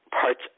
parts